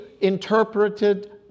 interpreted